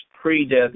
pre-death